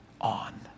on